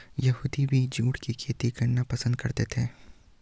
यहूदी भी जूट की खेती करना पसंद करते थे